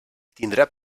tindrà